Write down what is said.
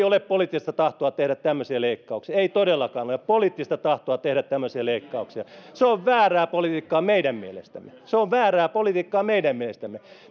ole poliittista tahtoa tehdä tämmöisiä leikkauksia ei todellakaan ole poliittista tahtoa tehdä tämmöisiä leikkauksia se on väärää politiikkaa meidän mielestämme se on väärää politiikkaa meidän mielestämme